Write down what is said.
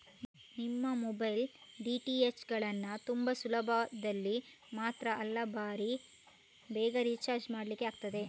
ನಿಮ್ಮ mobile, DTH ಗಳನ್ನ ತುಂಬಾ ಸುಲಭದಲ್ಲಿ ಮಾತ್ರ ಅಲ್ಲ ಭಾರೀ ಬೇಗ ರಿಚಾರ್ಜ್ ಮಾಡ್ಲಿಕ್ಕೆ ಆಗ್ತದೆ